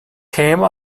came